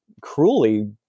cruelly